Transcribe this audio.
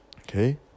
Okay